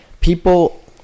people